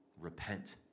Repent